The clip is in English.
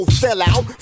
sellout